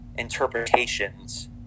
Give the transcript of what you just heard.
interpretations